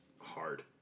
hard